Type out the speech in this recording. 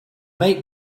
make